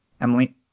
Emily